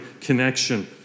connection